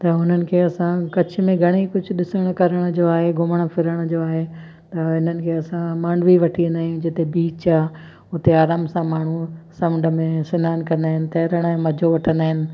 त हुननि खे असां कच्छ में घणेई कुझु ॾिसण करण जो आहे घुमण फिरण जो आहे त हिननि खे असां मांडवी वठी वेंदा आहियूं जिते बीच आहे हुते आराम सां माण्हू समुंड में सनानु कंदा आहिनि तरण जो मज़ो वठंदा आहिनि